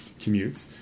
commutes